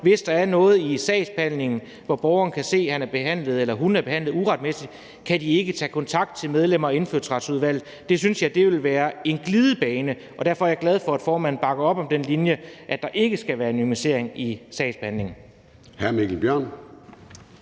hvis der er noget i sagsbehandlingen, hvor borgeren kan se, at han eller hun er behandlet uretmæssigt, ville de ikke kunne tage kontakt til medlemmer af Indfødsretsudvalget. Det synes jeg vil være en glidebane, og derfor er jeg glad for, at formanden bakker op om den linje, at der ikke skal være anonymisering i sagsbehandlingen.